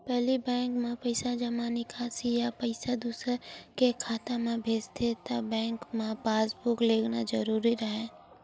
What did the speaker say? पहिली बेंक म पइसा जमा, निकासी या पइसा दूसर के खाता म भेजथे त बेंक म पासबूक लेगना जरूरी राहय